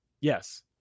yes